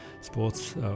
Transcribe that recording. sports